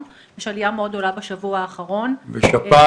חוק ומשפט